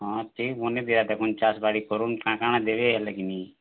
ହଁ ଚାଷ୍ ବାଡ଼ି କରୁନ୍ କାଁ କା'ଣା ଦେବେ ହେଲେ କି ନି